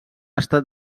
estat